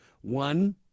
One